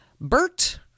Bert